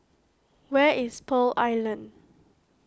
where is Pearl Island